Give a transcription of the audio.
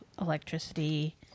electricity